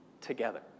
Together